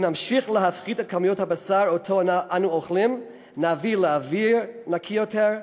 אם נמשיך להפחית את כמויות הבשר שאנחנו אוכלים נביא לאוויר נקי יותר,